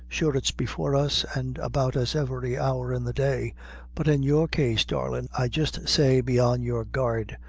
sure it's before us and about us every hour in the day but in your case, darlin', i jist say, be on your guard,